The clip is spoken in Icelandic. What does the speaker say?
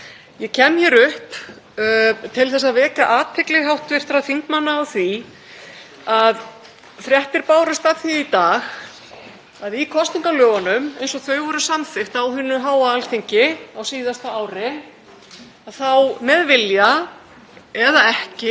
Ég kem hingað upp til að vekja athygli hv. þingmanna á því að fréttir bárust af því í dag að í kosningalögunum eins og þau voru samþykkt á hinu háa Alþingi á síðasta ári láðist, með vilja eða ekki,